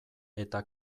eta